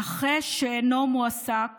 נכה שאינו מועסק